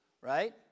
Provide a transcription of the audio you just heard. right